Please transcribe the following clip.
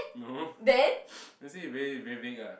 no just say you very very vague ah